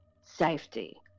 safety